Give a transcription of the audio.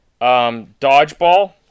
Dodgeball